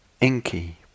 inky